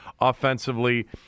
offensively